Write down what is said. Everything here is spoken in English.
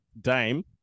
Dame